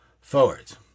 forwards